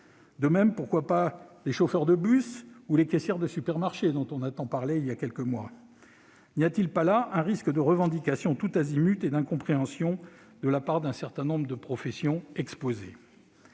De même, pourquoi pas les chauffeurs de bus ou les caissières de supermarché, dont on a tant parlé voilà quelques mois ? N'y a-t-il pas là un risque de revendications tous azimuts et d'incompréhension de la part d'un certain nombre de professions exposées ?